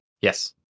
Yes